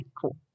cool